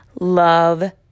Love